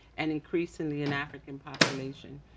and increasingly an african population.